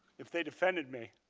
if they defended me.